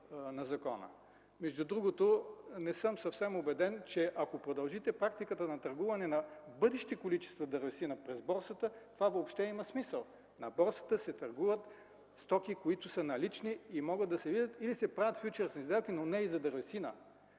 на закона. Между другото, не съм съвсем убеден, че ако продължите практиката на търгуване на бъдещи количества дървесина през борсата, това въобще има смисъл. На борсата се търгуват стоки, които са налични и могат да се видят, или се правят фючърсни сделки, но не и за дървесина.